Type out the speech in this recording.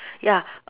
ya